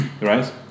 right